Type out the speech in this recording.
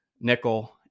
nickel